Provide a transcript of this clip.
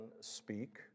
speak